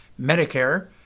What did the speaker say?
Medicare